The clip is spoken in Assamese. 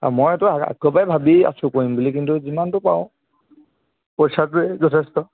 আৰু মই এইটো আগৰপৰাই ভাবি আছোঁ কৰিম বুলি কিন্তু যিমানটো পাৰোঁ পইচাটোৱে যথেষ্ট